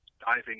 diving